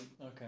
Okay